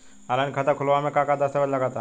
Online खाता खूलावे म का का दस्तावेज लगा ता?